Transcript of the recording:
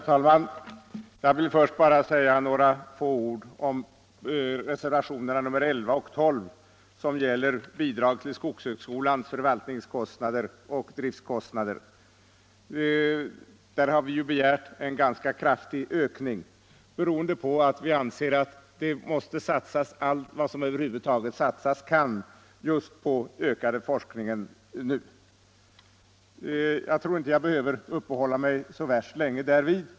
Herr talman! Jag vill först säga några få ord om reservationerna 11 och 12 som gäller bidrag till skogshögskolans förvaltningskostnader och driftkostnader. Där har vi ju begärt en ganska kraftig ökning, beroende på att vi anser att det nu måste satsas allt vad som över huvud taget satsas kan just på ökad skoglig forskning. Jag tror inte att jag behöver uppehålla mig så värst länge därvid.